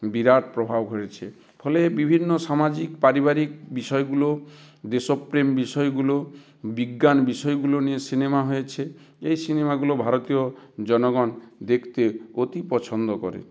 বিরাট প্রভাব হয়েছে ফলে বিভিন্ন সামাজিক পারিবারিক বিষয়গুলো দেশপ্রেম বিষয়গুলো বিজ্ঞান বিষয়গুলো নিয়ে সিনেমা হয়েছে এই সিনেমাগুলো ভারতীয় জনগণ দেখতে অতি পছন্দ করে